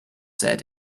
said